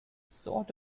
sort